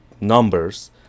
numbers